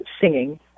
singing